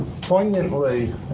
poignantly